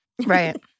Right